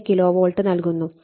5 kilovolt നൽകുന്നു